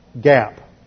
gap